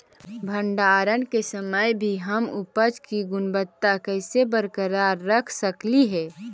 भंडारण के समय भी हम उपज की गुणवत्ता कैसे बरकरार रख सकली हे?